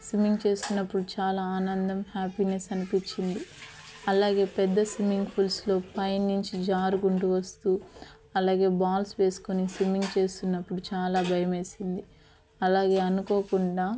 swimming చేస్తున్నప్పుడు చాలా ఆనందం హ్యాపీనెస్ అనిపించింది అలాగే పెద్ద స్విమ్మింగ్ ఫూల్స్లో పైన నుంచి జారుకుంటూ వస్తూ అలాగే బాల్స్ వేసుకొని స్విమ్మింగ్ చేస్తున్నప్పుడు చాలా భయమేసింది అలాగే అనుకోకుండా